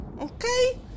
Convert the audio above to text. Okay